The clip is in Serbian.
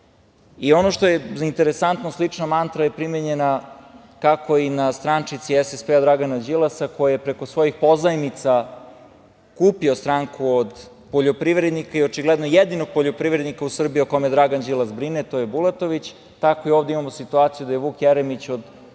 što je interesantno, slična mantra je primenjena kako i na strančici SSP Dragana Đilasa, koja je preko svojih pozajmica kupio stranku od poljoprivrednika i očigledno jedinog poljoprivrednika u Srbiji o kome Dragan Đilas brine, to je Bulatović, tako i ovde imamo situaciju da je Vuk Jeremić od obor kneza